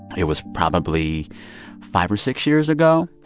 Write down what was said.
it was probably five or six years ago,